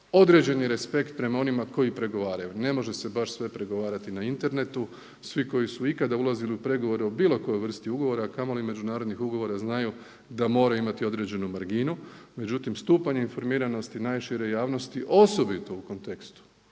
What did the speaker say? određeni respekt prema onima koji pregovaraju. Ne može se baš sve pregovarati na internetu, svi koji su ikada ulazili u pregovore o bilo kojoj vrsti ugovora, a kamoli međunarodnih ugovora znaju da moraju imati određenu marginu. Međutim stupanj informiranosti najšire javnosti, osobito u kontekstu